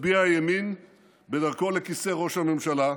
מצביעי הימין בדרכו לכיסא ראש הממשלה,